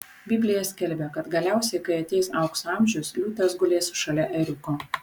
biblija skelbia kad galiausiai kai ateis aukso amžius liūtas gulės šalia ėriuko